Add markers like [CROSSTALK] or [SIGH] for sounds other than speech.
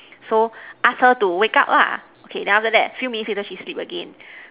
[NOISE] so ask her to wake up lah okay then after that few minutes later she sleep again [BREATH]